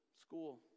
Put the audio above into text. school